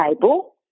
table